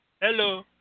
Hello